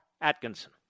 Atkinson